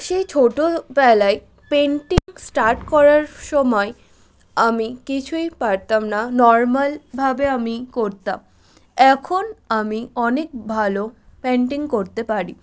সেই ছোটোবেলায় painting start করার সময় আমি কিছুই পারতাম না নরম্যালভাবে আমি করতাম এখন আমি অনেক ভালো পেন্টিং করতে পারি